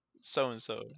so-and-so